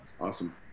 Awesome